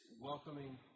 welcoming